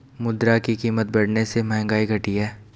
मुद्रा की कीमत बढ़ने से महंगाई घटी है